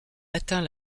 atteint